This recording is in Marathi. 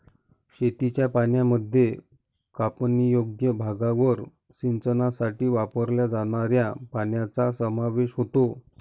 शेतीच्या पाण्यामध्ये कापणीयोग्य भागावर सिंचनासाठी वापरल्या जाणाऱ्या पाण्याचा समावेश होतो